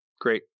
Great